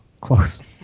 Close